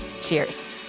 cheers